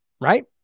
right